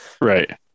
Right